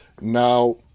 Now